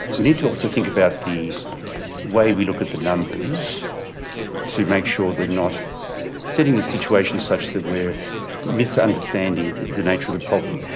we need to also think about the way we look at the numbers to make sure we're not setting the situation such that we're misunderstanding the nature of the problem.